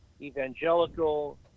Evangelical